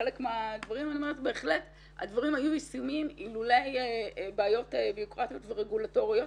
בהחלט הדברים היו מסתיימים אלמלא בעיות בירוקרטיות ורגולטוריות.